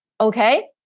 okay